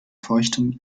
feuchtem